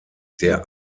der